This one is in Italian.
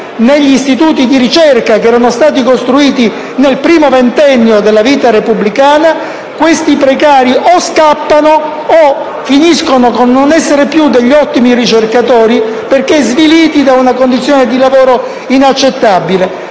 negli istituti di ricerca costruiti nel primo ventennio della vita repubblicana. Questi precari fuggono all'estero o finiscono con il non essere più degli ottimi ricercatori perché sviliti da una condizione di lavoro inaccettabile.